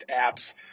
apps